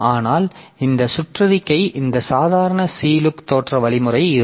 ஆனால் இந்த சுற்றறிக்கை இந்த சாதாரண சி லுக் தோற்ற வழிமுறை இருக்கும்